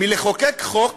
מלחוקק חוק